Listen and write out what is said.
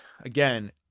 again